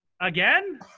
again